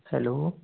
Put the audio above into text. hello